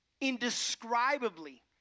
Indescribably